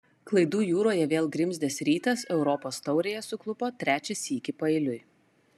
klaidų jūroje vėl grimzdęs rytas europos taurėje suklupo trečią sykį paeiliui